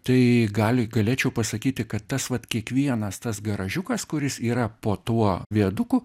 tai gali galėčiau pasakyti kad tas vat kiekvienas tas garažiukas kuris yra po tuo viaduku